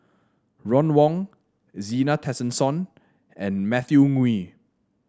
Ron Wong Zena Tessensohn and Matthew Ngui